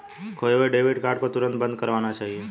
खोये हुए debit card को तुरंत बंद करवाना चाहिए